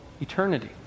eternity